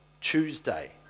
Tuesday